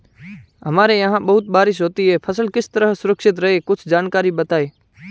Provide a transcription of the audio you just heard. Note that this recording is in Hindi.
हमारे यहाँ बारिश बहुत होती है फसल किस तरह सुरक्षित रहे कुछ जानकारी बताएं?